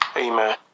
Amen